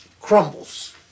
crumbles